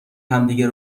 همدیگه